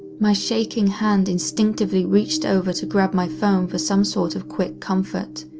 my shaking hand instinctively reached over to grab my phone for some sort of quick comfort.